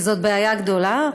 וזו בעיה גדולה.